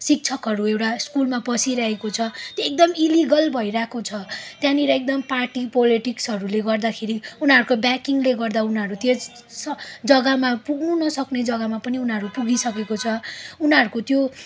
शिक्षकहरू एउटा स्कुलमा पसिरहेको छ त्यहाँ एकदम इलिगल भइरहेको छ त्यहाँनिर एकदम पार्टी पोलिटिक्सहरूले गर्दाखेरि उनीहरूको ब्याकिङले गर्दाखेरि उनीहरू त्यो जग्गामा पुग्नु नसक्ने जग्गामा पनि पुगिसकेको छ उनीहरूको त्यो